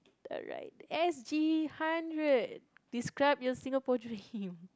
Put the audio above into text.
alright S_G hundred describe your Singapore dream